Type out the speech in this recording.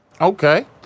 Okay